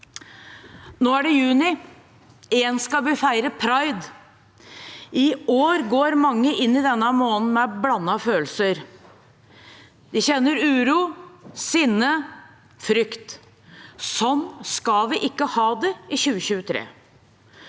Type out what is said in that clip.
Nå er det juni. Igjen skal vi feire pride. I år går mange inn i denne måneden med blandede følelser. De kjenner uro, sinne, frykt. Sånn skal vi ikke ha det i 2023.